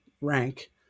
rank